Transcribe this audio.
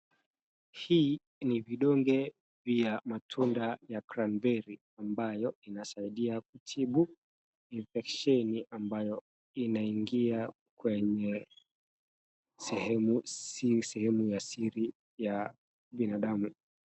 Hii ni vidonge vya matunda ya cranberry ambayo inasaidia kutibu mipesheni ambayo inaingia kwenye sehemu, sio sehemu ya siri ya binadamu.